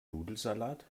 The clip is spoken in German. nudelsalat